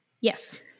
Yes